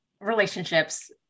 relationships